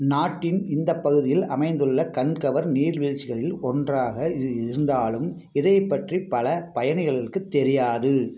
நாட்டின் இந்தப் பகுதியில் அமைந்துள்ள கண்கவர் நீர்வீழ்ச்சிகளில் ஒன்றாக இது இருந்தாலும் இதைப் பற்றி பல பயணிகர்களுக்குத் தெரியாது